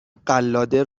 قلاده